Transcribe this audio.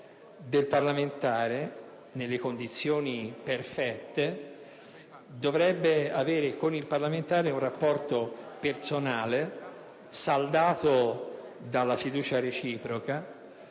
è l'elemento di senso fondamentale - nelle condizioni perfette, dovrebbe avere con il parlamentare un rapporto personale, saldato dalla fiducia reciproca